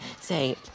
say